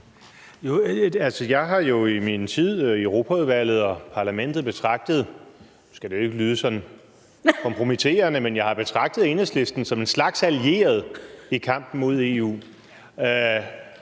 Jeg har jo i min tid i Europaudvalget og Europa-Parlamentet betragtet – nu skal det jo ikke lyde sådan kompromitterende – Enhedslisten som en slags allieret i kampen mod EU.